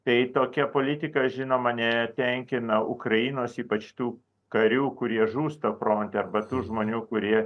tai tokia politika žinoma netenkina ukrainos ypač tų karių kurie žūsta fronte arba tų žmonių kurie